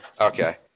Okay